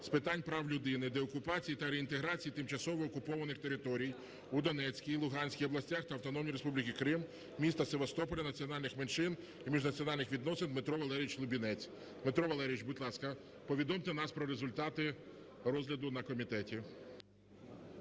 з питань прав людини, деокупації та реінтеграції тимчасово окупованих територій Донецької-Луганської областей, Автономної Республіки Крим, міста Севастополя, національних менших і міжнаціональних відносин Дмитро Валерійович Лубінець. Дмитро Валерійович, будь ласка, повідомте нас, будь ласка, про результати розгляду на комітеті.